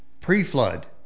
pre-flood